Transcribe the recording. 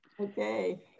Okay